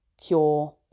cure